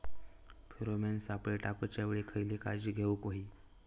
Pheromone सापळे टाकूच्या वेळी खयली काळजी घेवूक व्हयी?